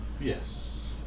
Yes